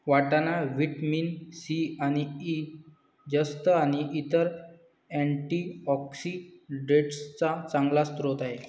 वाटाणा vitamin C आणि E, जस्त आणि इतर अँटीऑक्सिडेंट्सचा चांगला स्रोत आहे